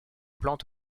plantes